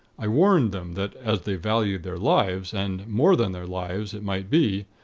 i warned them that, as they valued their lives, and more than their lives it might be,